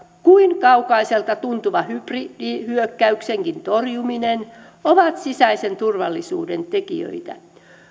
kuin kaukaiselta tuntuva hybridihyökkäyksenkin torjuminen ovat sisäisen turvallisuuden tekijöitä